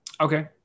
Okay